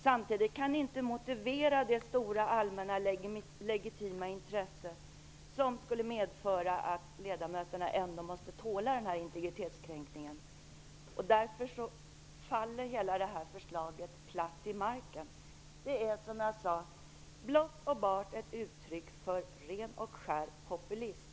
Samtidigt kan ni inte motivera det stora allmänna legitima intresse som skulle medföra att ledamöterna ändå måste tåla den här integritetskränkningen. Därför faller hela förslaget platt till marken. Det är som jag sade blott och bart ett uttryck för ren och skär populism.